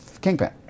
Kingpin